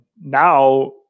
now